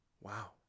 Wow